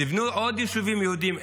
תבנו עוד יישובים יהודיים,